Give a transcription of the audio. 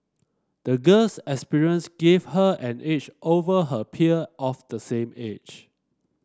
the girl's experience gave her an edge over her peer of the same age